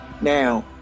now